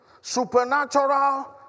Supernatural